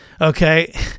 Okay